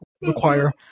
require